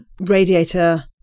radiator